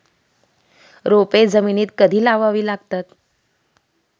रोपे जमिनीत कधी लावावी लागतात?